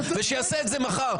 ושיעשה את זה מחר.